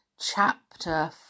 chapter